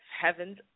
heaven's